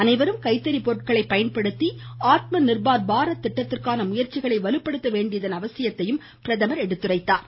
அனைவரும் கைத்தறி பொருட்களை பயன்படுத்தி ஆத்ம நிர்பார் பாரத் திட்டத்திற்கான முயற்சிகளை வலுப்படுத்த வேண்டியதன் அவசியத்தையும் பிரதமர் அறிவுறுத்தினார்